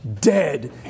dead